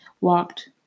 walked